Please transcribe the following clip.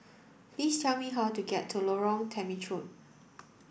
please tell me how to get to Lorong Temechut